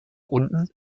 unten